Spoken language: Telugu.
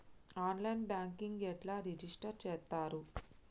ఆన్ లైన్ బ్యాంకింగ్ ఎట్లా రిజిష్టర్ చేత్తరు?